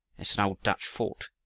that's an old dutch fort,